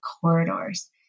corridors